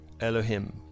Elohim